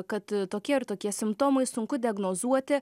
kad tokie ir tokie simptomai sunku diagnozuoti